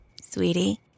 Sweetie